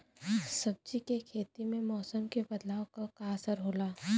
सब्जी के खेती में मौसम के बदलाव क का असर होला?